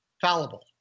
fallible